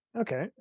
okay